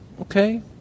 okay